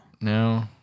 no